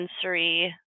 sensory